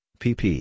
pp